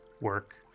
work